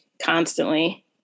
constantly